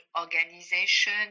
organization